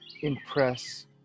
impress